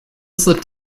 slipped